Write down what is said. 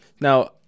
now